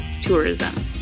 Tourism